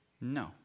No